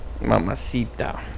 Mamacita